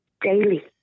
daily